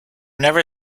never